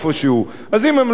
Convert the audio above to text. אז אם הם לא יגורו שם,